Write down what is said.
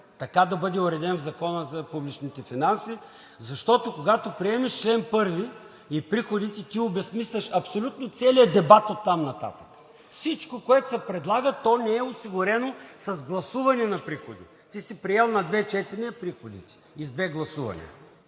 така да бъде уреден в Закона за публичните финанси, защото, когато приемеш чл. 1 и приходите, ти обезсмисляш абсолютно целия дебат оттам нататък. Всичко, което се предлага, то не е осигурено с гласуване на приходите, ти си приел на две четения приходите и с две гласувания.